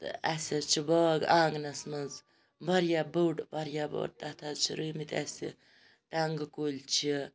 اَسہِ حظ چھُ باغ آنٛگنَس مَنٛز واریاہ بوٚڈ واریاہ بوٚڈ تَتھ حظ چھِ روٗو مٕتۍ اَسہِ ٹَنٛگہٕ کُلۍ چھِ